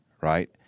right